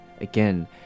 Again